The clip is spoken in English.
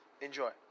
enjoy